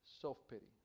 self-pity